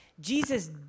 Jesus